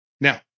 Now